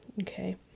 okay